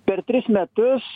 per tris metus